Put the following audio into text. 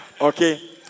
okay